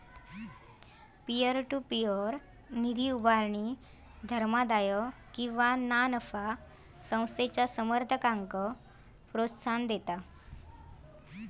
peer to peer निधी उभारणी धर्मादाय किंवा ना नफा संस्थेच्या समर्थकांक प्रोत्साहन देता